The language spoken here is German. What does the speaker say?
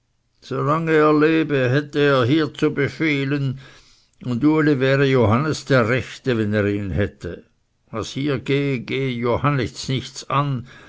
lebe hätte er hier zu befehlen und uli wäre johannes der rechte wenn er ihn hätte was hier gehe gehe johannes nichts an